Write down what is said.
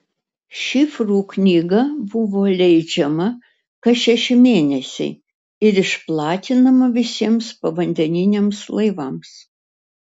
šifrų knyga buvo leidžiama kas šeši mėnesiai ir išplatinama visiems povandeniniams laivams